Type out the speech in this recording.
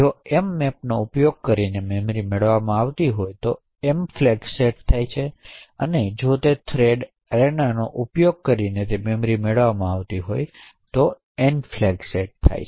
જો mmap નો ઉપયોગ કરી ને મેમરી મેળવવામાં આવી હોય તો એમ ફ્લેગ સેટ થાય અને જો તે થ્રેડ અરેના નો ઉપયોગ કરી ને મેમરી મેળવવામાં આવી હોય તો N ફ્લેગ સેટ થાય